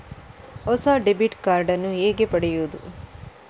ಹೊಸ debit card ನ್ನು ಹೇಗೆ ಪಡೆಯುದು?